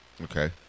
Okay